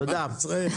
תודה.